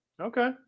okay